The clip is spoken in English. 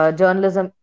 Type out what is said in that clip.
journalism